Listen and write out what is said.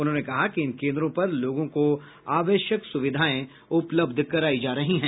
उन्होंने कहा कि इन केन्द्रों पर लोगों को आवश्यक सुविधाएं उपलब्ध करायी जा रही हैं